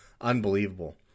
Unbelievable